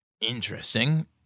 Interesting